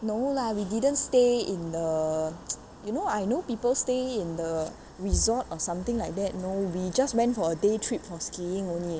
no lah we didn't stay in the you know I know people stay in the resort or something like that no we just went for a day trip for skiing only